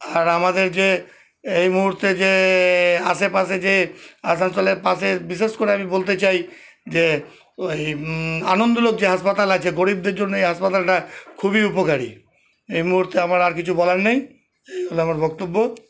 আর আমাদের যে এই মুহুর্তে যে আশেপাশে যে আসানসোলের পাশে বিশেষ করে আমি বলতে চাই যে ওই আনন্দলোক যে হাসপাতাল আছে গরীবদের জন্য এই হাসপাতালটা খুবই উপকারী এই মুহুর্তে আমার আর কিছু বলার নেই এই হল আমার বক্তব্য